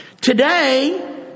Today